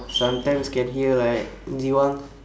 sometimes can hear like jiwang